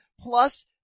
plus